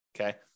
okay